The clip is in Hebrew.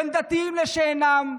בין דתיים לשאינם.